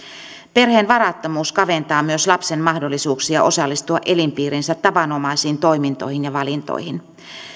perheen varattomuus kaventaa myös lapsen mahdollisuuksia osallistua elinpiirinsä tavanomaisiin toimintoihin ja valintoihin